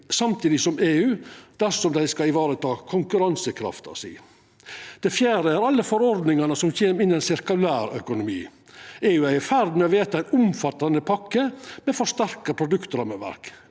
samtidig som EU, dersom dei skal vareta konkurransekrafta si. Det fjerde er alle forordningane som kjem innan sirkulær økonomi. EU er i ferd med å vedta ei omfattande pakke med eit forsterkt produktrammeverk